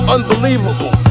Unbelievable